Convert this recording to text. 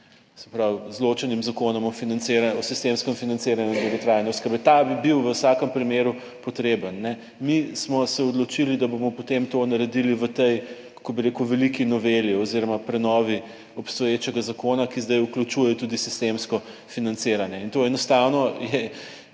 se pravi z ločenim Zakonom o financiranju o sistemskem financiranju dolgotrajne oskrbe. Ta bi bil v vsakem primeru potreben. Mi smo se odločili, da bomo potem to naredili v tej, kako bi rekel, veliki noveli oziroma prenovi obstoječega zakona, ki zdaj vključuje tudi sistemsko financiranje in to enostavno je,